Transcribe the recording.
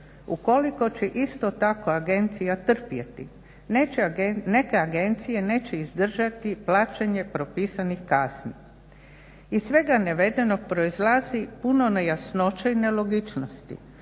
Ukoliko će isto tako agencija trpjeti neke agencije neće izdržati plaćanje propisanih kazni. Iz svega navedenog proizlazi puno nejasnoća i nelogičnosti